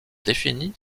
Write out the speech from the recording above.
définie